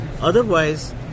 otherwise